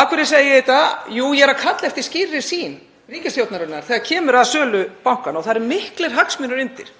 Af hverju segi ég þetta? Jú, ég er að kalla eftir skýrri sýn ríkisstjórnarinnar þegar kemur að sölu bankanna og það eru miklir hagsmunir undir.